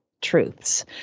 Truths